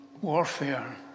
warfare